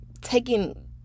taking